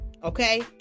Okay